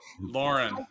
Lauren